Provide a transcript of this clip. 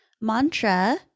mantra